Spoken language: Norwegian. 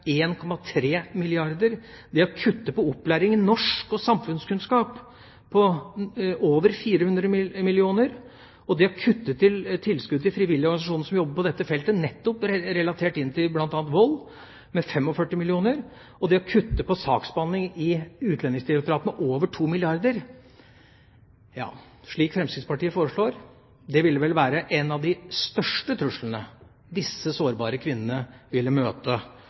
milliarder kr, det å kutte i opplæring i norsk og samfunnskunnskap med over 400 mill. kr, det å kutte i tilskudd til frivillige organisasjoner som jobber på dette feltet, nettopp relatert til bl.a. vold, med 45 mill. kr og det å kutte i saksbehandling i Utlendingsdirektoratet med over 2 milliarder kr, slik Fremskrittspartiet foreslår, ville vel være en av de største truslene disse sårbare kvinnene ville møte